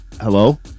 Hello